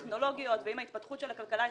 הטכנולוגיות ועם ההתפתחות של הכלכלה הישראלית,